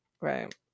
Right